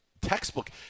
textbook